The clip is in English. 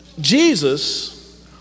Jesus